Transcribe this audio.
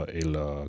eller